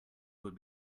would